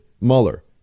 Mueller